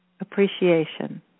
appreciation